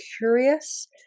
curious